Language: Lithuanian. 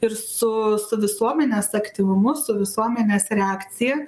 ir su su visuomenės aktyvumu su visuomenės reakcija